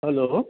hello